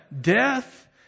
death